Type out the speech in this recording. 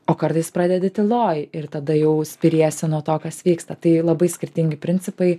o kartais pradedi tyloj ir tada jau spiriesi nuo to kas vyksta tai labai skirtingi principai